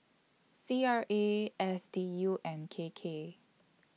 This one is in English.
C R A S D U and K K